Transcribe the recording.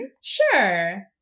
Sure